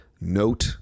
note